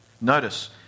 Notice